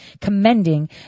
commending